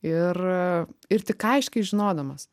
ir ir tik aiškiai žinodamas